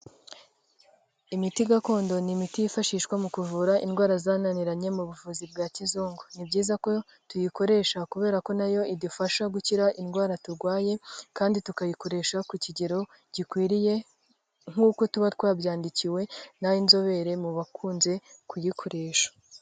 Imiti gakondo ni imiti yifashishwa mu kuvura indwara zananiranye mu buvuzi bwa kizungu, ni byiza ko tuyikoresha kubera ko na yo idufasha gukira indwara turwaye, kandi tukayikoresha ku kigero gikwiriye, nk'uko tuba twabyandikiwe n'inzobere mu bakunze kuyikoresha.